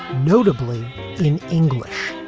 notably in english.